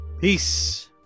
Peace